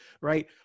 right